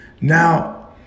Now